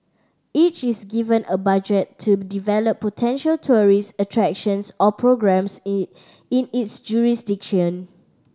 each is given a budget to develop potential tourist attractions or programmes in in its jurisdiction